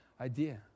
idea